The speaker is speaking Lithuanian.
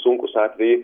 sunkūs atvejai